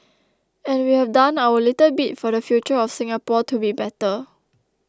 and we have done our little bit for the future of Singapore to be better